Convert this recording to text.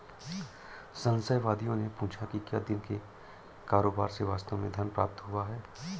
संशयवादियों ने पूछा कि क्या दिन के कारोबार से वास्तव में धन प्राप्त हुआ है